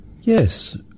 Yes